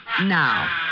now